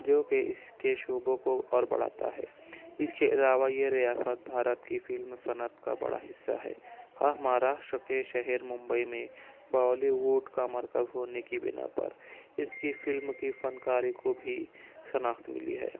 جو کہ اس کے شعبوں کو اور بڑھا تا ہے اس کے علاوہ یہ ریاست بھارت کی فیلڈ میں صنعت کا بڑا حصہ ہے وہ مہاراشٹر شہر ممبئی میں بالی وڈ کی مرکز ہونے کی بنا پر اس کی فلم کی فنکاری کو بھی شناخت ملی ہے